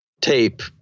tape